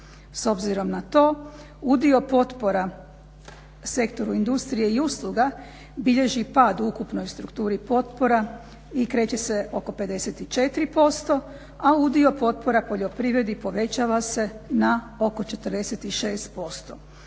s obzirom na to udio potpora sektoru industrije i usluga bilježi pad u ukupnoj strukturi potpora i kreće se oko 54%, a udio potpora u poljoprivredi povećava se na oko 46%.